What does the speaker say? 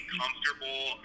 comfortable